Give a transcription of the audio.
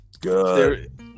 Good